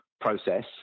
process